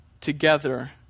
together